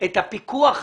את הפיקוח עליו.